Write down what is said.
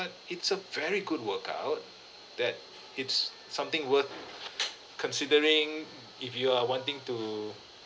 it's a very good workout that it's something worth considering if you are wanting to